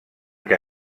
què